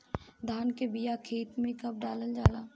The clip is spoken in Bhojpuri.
धान के बिया खेत में कब डालल जाला?